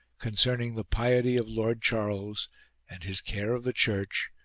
concerning the piety of lord charles and his care of the church,